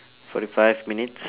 forty five minutes